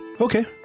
Okay